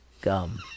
gum